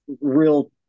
real